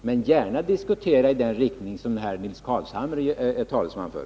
Men vi kan gärna diskutera en lösning i den riktning som Nils Carlshamre är talesman för.